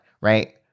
right